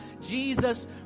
Jesus